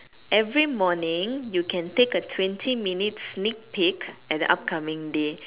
every morning you can take a twenty minutes sneak peak at the upcoming day